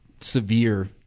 severe